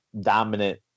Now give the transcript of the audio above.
dominant